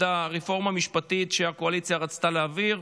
הרפורמה המשפטית שהקואליציה רצתה להעביר,